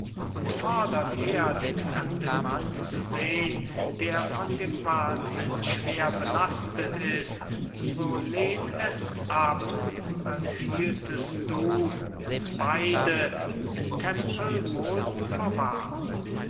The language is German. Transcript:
und fordert er den fremden mann zu sehn der von dem wahnsinn schwer belastet ist so lehn es ab als hieltest du uns beide im tempel wohl verwahrt